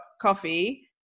coffee